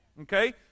Okay